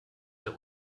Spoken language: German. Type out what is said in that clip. der